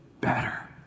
better